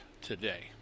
today